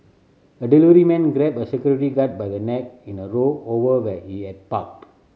a delivery man grabbed a security guard by the neck in a row over where he had parked